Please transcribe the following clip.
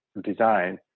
design